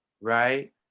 right